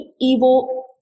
evil